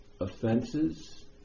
offenses